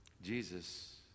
jesus